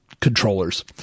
controllers